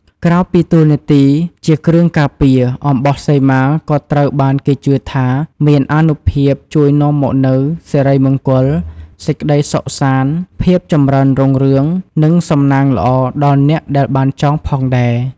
ក្រៅពីតួនាទីជាគ្រឿងការពារ អំបោះសីមាក៏ត្រូវបានគេជឿថាមានអានុភាពជួយនាំមកនូវសិរីមង្គល សេចក្ដីសុខសាន្ត ភាពចម្រើនរុងរឿង និងសំណាងល្អដល់អ្នកដែលបានចងផងដែរ។